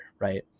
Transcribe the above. Right